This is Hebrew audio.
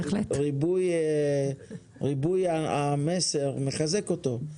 החזרה על המסר מחזקת אותו.